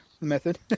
method